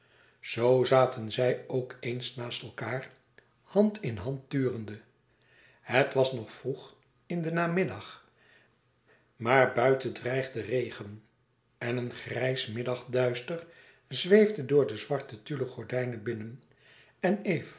zoo zaten zij ook eens naast elkaâr hand in hand turende het was nog vroeg in den namiddag maar buiten dreigde regen en een grijs middagduister zweefde door de zwarte tulle gordijnen binnen en eve